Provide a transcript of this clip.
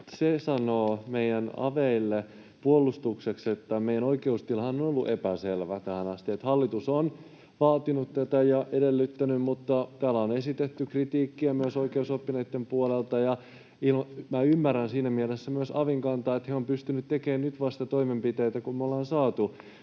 se sanoa meidän aveille puolustukseksi, että meidän oikeustilahan on ollut epäselvä tähän asti. Hallitus on vaatinut tätä ja edellyttänyt. Mutta täällä on esitetty kritiikkiä myös oikeusoppineitten puolelta, ja ymmärrän siinä mielessä myös avin kantaa, että he ovat pystyneet tekemään nyt vasta toimenpiteitä, kun me ollaan saatu